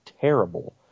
terrible